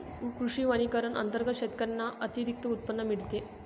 कृषी वनीकरण अंतर्गत शेतकऱ्यांना अतिरिक्त उत्पन्न मिळते